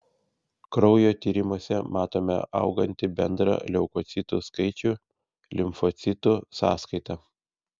kraujo tyrimuose matome augantį bendrą leukocitų skaičių limfocitų sąskaita